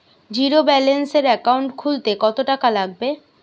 জিরোব্যেলেন্সের একাউন্ট খুলতে কত টাকা লাগবে?